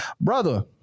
Brother